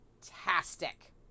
fantastic